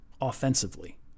offensively